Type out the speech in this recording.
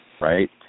right